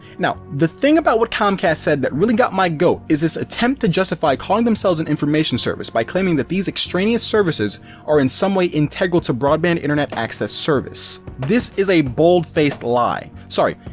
now, the thing about what comcast said that really got my goat is this attempt to justify calling themselves an information service by claiming that these extraneous services are in some way integral to broadband internet access service. this is a bold faced lie, sorry,